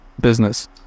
business